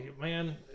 man